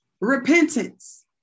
repentance